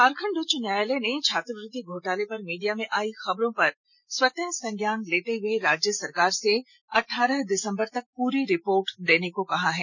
झारखंड उच्च न्यायालय ने छात्रवृति घोटाले पर मीडिया में आई खबरों पर स्वतः संज्ञान लेते हए राज्य सरकार से अठारह दिसंबर तक पूरी रिपोर्ट देने को कहा है